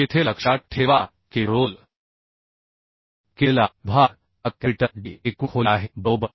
येथे लक्षात ठेवा की रोल केलेला विभाग हा कॅपिटल डी एकूण खोली आहे बरोबर